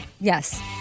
yes